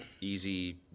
easy